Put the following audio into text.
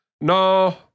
no